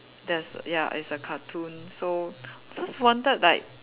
there's ya it's a cartoon so first wanted like